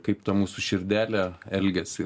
kaip ta mūsų širdelė elgiasi